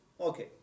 Okay